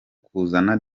kuzana